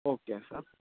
okay sir